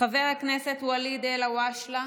חבר הכנסת ואליד אלהואשלה,